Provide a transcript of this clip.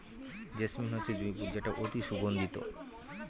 jasmine হচ্ছে জুঁই ফুল যেটা অতি সুগন্ধিত